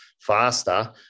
faster